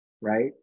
right